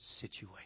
situation